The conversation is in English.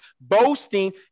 boasting